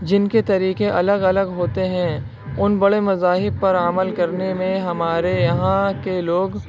جن کے طریقے الگ الگ ہوتے ہیں ان بڑے مذاہب پر عمل کرنے میں ہمارے یہاں کے لوگ